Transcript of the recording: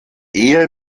ehe